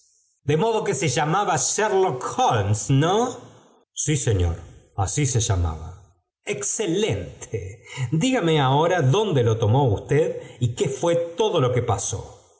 de modo que se llamaba sherlock holmes no q sí señor así se llamaba excelente dígame ahora dónde lo tomó beclí q ue todo lo que pasó